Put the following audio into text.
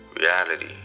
reality